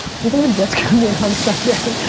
do you think the jets can win on sunday?